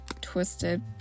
Twisted